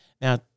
now